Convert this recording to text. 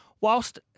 whilst